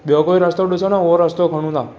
ॿियो कोई रस्तो ॾिसो न उहो रस्तो खणूं था